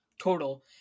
total